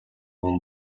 хүн